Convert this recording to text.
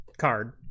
card